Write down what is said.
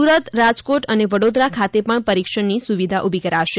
સુરત રાજકોટ અને વડોદરા ખાતે પણ પરિક્ષણની સુવિધા ઊભી કરાશે